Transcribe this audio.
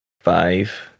five